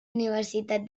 universitat